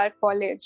College